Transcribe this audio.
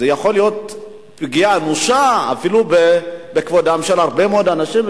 יכול להיות פגיעה אנושה בכבודם של הרבה מאוד אנשים.